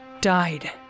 died